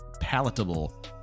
palatable